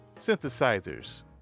Synthesizers